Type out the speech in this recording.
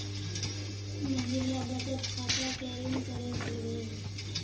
महिला बचत खाता केरीन करें खुलबे